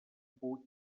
puig